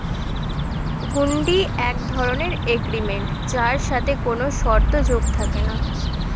হুন্ডি এক ধরণের এগ্রিমেন্ট যার সাথে কোনো শর্ত যোগ থাকে না